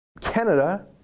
Canada